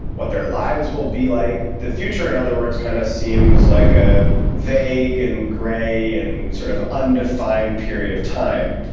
what their lives will be like. the future, in other words, kind of seems like a vague and grey and sort of undefined period of time.